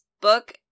book